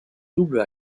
double